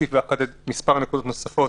אוסיף ואחדד מספר נקודות נוספות.